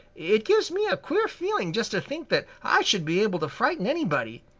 it gives me a queer feeling just to think that i should be able to frighten anybody.